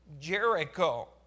Jericho